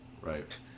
Right